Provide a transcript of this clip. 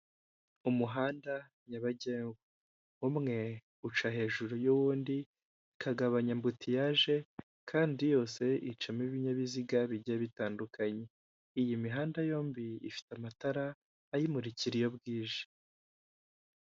Umuhanda nyabagendwa umwe uca hejuru y'undi ikagabanya ambutiyaje kandi yose icamo ibinyabiziga bigiye bitandukanye. Iyi mihanda yombi ifite amatara ayimurikira iyo bwije.